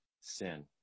sin